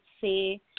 say